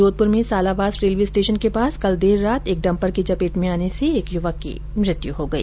जोधपुर में Salawas railway station के पास कल देर रात एक डम्पर की चपेट में आने से एक युवक की मृत्यु हो गई